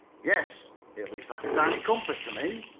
yes. it looks like a tiny compass to me.